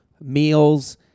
meals